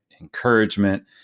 encouragement